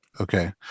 Okay